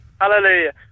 Hallelujah